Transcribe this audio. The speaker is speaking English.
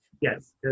Yes